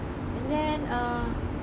and then ah